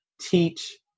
teach